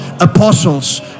apostles